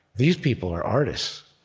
these people are artists.